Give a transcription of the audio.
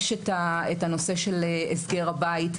יש הנושא של הסגר הבית,